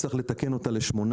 צריך לתקן אותה ל-8,